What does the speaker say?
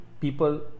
people